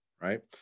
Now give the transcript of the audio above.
right